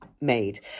made